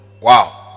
Wow